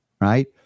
right